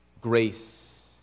grace